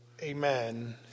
Amen